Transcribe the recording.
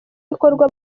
bikorwa